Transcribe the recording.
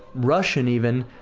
russian even.